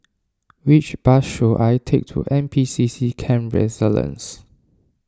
which bus should I take to N P C C Camp Resilience